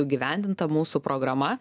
įgyvendinta mūsų programa